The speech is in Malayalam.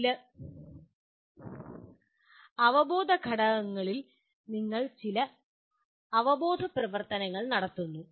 ചില അവബോധന ഘടകങ്ങളിൽ നിങ്ങൾ ചില അവബോധപ്രവർത്തനങ്ങൾ നടത്തുന്നു